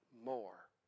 more